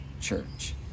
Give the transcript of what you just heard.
church